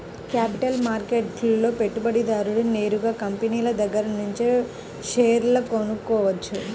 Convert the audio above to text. capital మార్కెట్లో పెట్టుబడిదారుడు నేరుగా కంపినీల దగ్గరనుంచే షేర్లు కొనుక్కోవచ్చు